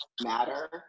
matter